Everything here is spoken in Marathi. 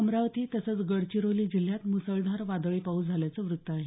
अमरावती तसंच गडचिरोली जिल्ह्यांत मुसळधार वादळी पाऊस झाल्याचं वृत्त आहे